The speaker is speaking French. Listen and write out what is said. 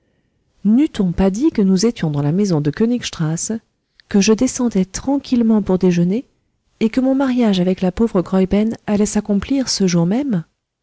n'eût-on pas dit que nous étions dans la maison de knig strasse que je descendais tranquillement pour déjeuner et que mon mariage avec la pauvre graüben allait s'accomplir ce jour même